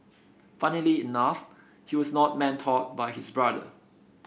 funnily enough he was not mentored by his brother